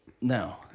No